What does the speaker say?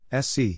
SC